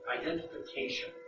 identification